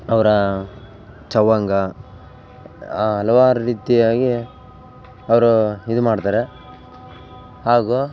ಅವ್ರು ಚವಂಗಾ ಹಲವಾರು ರೀತಿಯಾಗಿ ಅವರೂ ಇದು ಮಾಡ್ತಾರೆ ಹಾಗು